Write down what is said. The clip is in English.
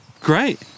great